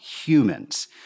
humans